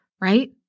right